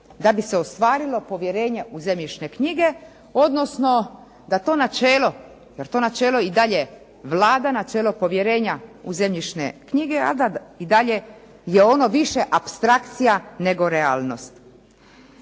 da bi se ostvarilo povjerenje u zemljišne knjige, odnosno da to načelo i dalje vlada, načelo povjerenja u zemljišne knjige, a da je ono i dalje više apstrakcija nego realnost.